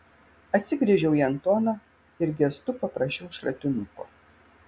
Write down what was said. atsigręžiau į antoną ir gestu paprašiau šratinuko